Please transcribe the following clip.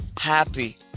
happy